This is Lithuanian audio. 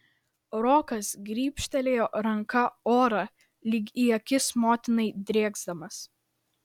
rokas grybštelėjo ranka orą lyg į akis motinai drėksdamas